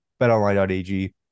BetOnline.ag